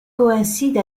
coïncide